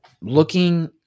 looking